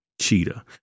cheetah